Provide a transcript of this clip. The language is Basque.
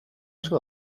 asko